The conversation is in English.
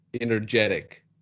energetic